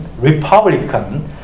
Republican